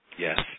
Yes